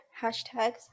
hashtags